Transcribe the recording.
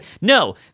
No